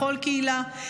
בכל קהילה.